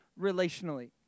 relationally